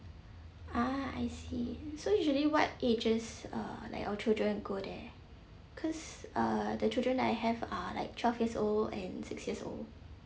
ah I see so usually what ages uh like all children go there because uh the children that I have are like twelve years old and six years old